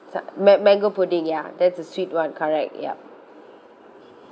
some man~ mango pudding ya that's a sweet one correct yup